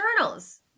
Eternals